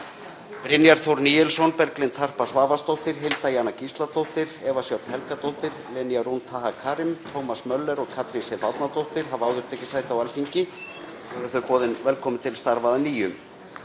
Brynjar Þór Níelsson, Berglind Harpa Svavarsdóttir, Hilda Jana Gísladóttir, Eva Sjöfn Helgadóttir, Lenya Rún Taha Karim, Thomas Möller og Katrín Sif Árnadóttir hafa áður tekið sæti á Alþingi og eru þau boðin velkomin til starfa að nýju.